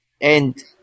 And-